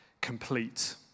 complete